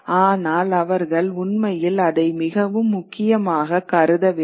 ஆனால் அவர்கள் உண்மையில் அதை மிகவும் முக்கியமாக கருதவில்லை